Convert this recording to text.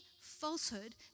falsehood